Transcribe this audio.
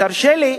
ותרשה לי,